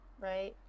right